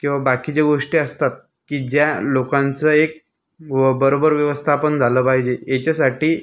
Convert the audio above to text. किंवा बाकीच्या गोष्टी असतात की ज्या लोकांचं एक व बरोबर व्यवस्थापन झालं पाहिजे याच्यासाठी